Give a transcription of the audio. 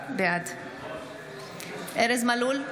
בעד ארז מלול,